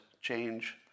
change